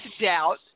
doubt